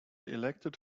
elected